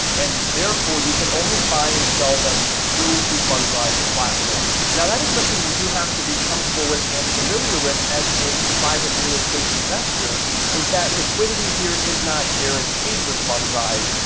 and therefore you can only buy and sell them through the fundrise platform. now, that is something you do have to be comfortable with and familiar with as a private real estate investor is that liquidity here is not guaranteed with fundrise,